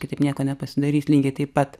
kitaip nieko nepasidarys lygiai taip pat